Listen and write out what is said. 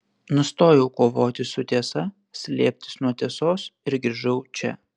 nustojau kovoti su tiesa slėptis nuo tiesos ir grįžau čia